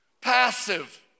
passive